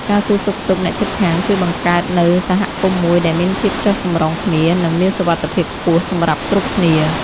ការសួរសុខទុក្ខអ្នកជិតខាងជួយបង្កើតនូវសហគមន៍មួយដែលមានភាពចុះសម្រុងគ្នានិងមានសុវត្ថិភាពខ្ពស់សម្រាប់គ្រប់គ្នា។